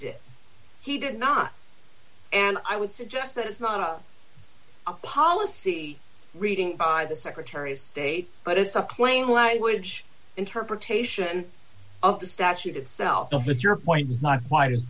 he did not and i would suggest that it's not a policy reading by the secretary of state but it's a claim language interpretation of the statute itself though but your point is not quite as